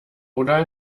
oder